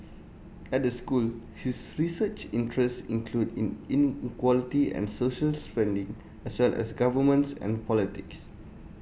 at the school his research interests include in inequality and social spending as well as governance and politics